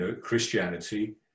Christianity